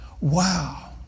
Wow